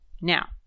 Now